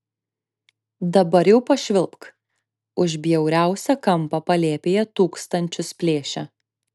dabar jau pašvilpk už bjauriausią kampą palėpėje tūkstančius plėšia